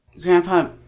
Grandpa